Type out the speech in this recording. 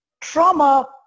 Trauma